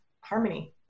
harmony